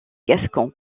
gascons